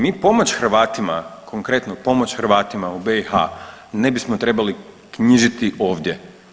Mi pomoć Hrvatima, konkretno pomoć Hrvatima u BiH ne bismo trebali knjižiti ovdje.